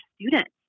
students